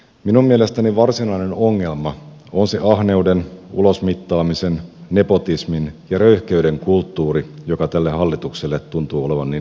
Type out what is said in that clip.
minun mielestäni varsinainen ongelma on se ahneuden ulosmittaamisen nepotismin ja röyhkeyden kulttuuri joka tälle hallitukselle tuntuu olevan niin leimallista